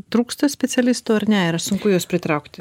trūksta specialistų ar ne ir ar sunku juos pritraukti